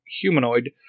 humanoid